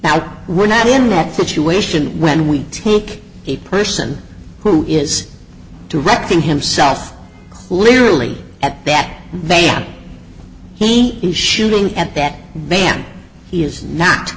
now we're not in that situation when we take a person who is directing himself clearly at that they are he is shooting at that man he is not